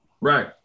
Right